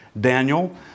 Daniel